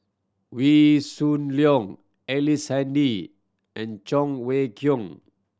Wee Shoo Leong Ellice Handy and Cheng Wei Keung